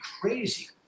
crazy